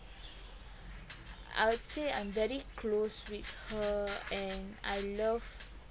I would say I'm very close with her and I love